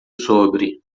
sobre